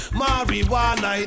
marijuana